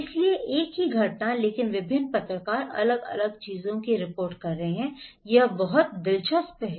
इसलिए एक ही घटना लेकिन विभिन्न पत्रकार अलग अलग चीजों की रिपोर्ट कर रहे हैं यह बहुत दिलचस्प है